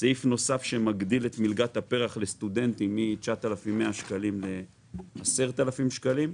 סעיף נוסף מגדיל את מלגת הפר"ח לסטודנטים מ-9,100 שקלים ל-10,000 שקלים.